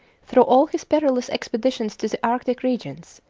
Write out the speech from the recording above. through all his perilous expeditions to the arctic regions,